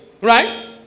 right